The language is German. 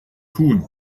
tun